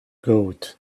goat